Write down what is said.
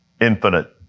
infinite